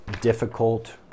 difficult